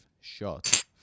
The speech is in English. shot